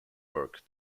work